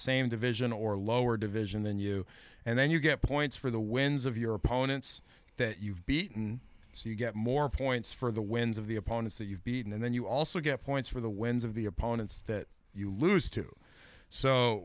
same division or lower division than you and then you get points for the wins of your opponents that you've beaten so you get more points for the wins of the opponents that you've beaten and then you also get points for the wins of the opponents that you lose to so